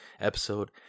episode